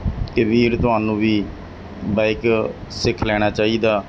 ਕਿ ਵੀਰ ਤੁਹਾਨੂੰ ਵੀ ਬਾਈਕ ਸਿੱਖ ਲੈਣਾ ਚਾਹੀਦਾ